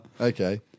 Okay